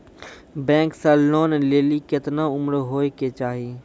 Bank से loan लेली केतना उम्र होय केचाही?